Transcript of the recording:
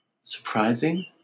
Surprising